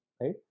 right